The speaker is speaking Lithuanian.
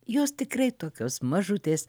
jos tikrai tokios mažutės